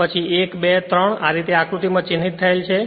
પછી 1 2 3 આ રીતે આકૃતી માં ચિહ્નિત થયેલ છે